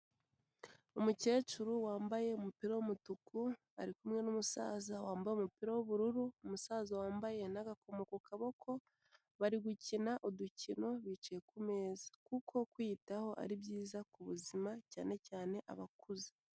Umukecuru wambaye umupira w'umutuku ari kumwe n'umusaza wambaye umupira w'ubururu. Umusaza wambaye n'agakomo ku kaboko. Barigukina udukino bicaye ku meza, kuko kwiyitaho ari byiza ku buzima cyane cyane abakuze.